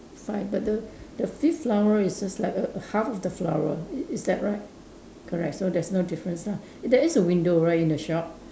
five but the the fifth flower is just like a a half of the flower i~ is that right correct so there's no difference ah there is a window right in the shop